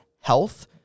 health